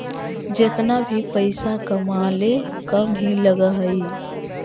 जेतना भी पइसा कमाले कम ही लग हई